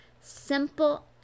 simple